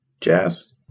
Jazz